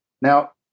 Now